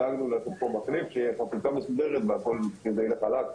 בחרנו למחליף שיהיה קליטה מסודרת והכול ילך חלק.